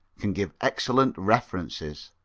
can give excellent references.